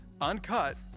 uncut